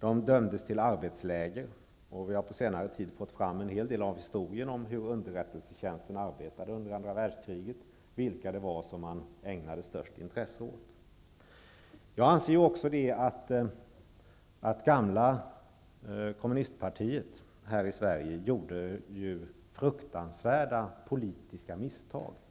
De dömdes till arbetsläger. Vi har under senare tid fått fram uppgifter om hur underrättelsetjänsten arbetade under andra världskriget, vilka det var som man ägnade det största intresset åt. Jag anser att gamla kommunistpartiet här i Sverige gjorde fruktansvärda politiska misstag.